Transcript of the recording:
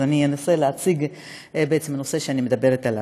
אז אני אנסה להציג את הנושא שאני מדברת עליו.